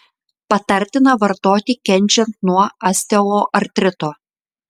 patartina vartoti kenčiant nuo osteoartrito